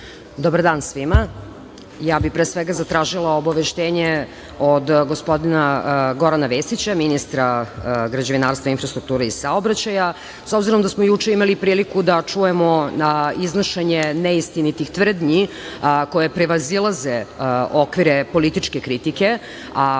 Dobar dan svima. Pre svega bih zatražila obaveštenje od gospodina Gorana Vesića, ministra građevinarstva, infrastrukture i saobraćaja, s obzirom da smo juče imali priliku da čujemo iznošenje neistinitih tvrdnji koje prevazilaze okvire političke kritike, a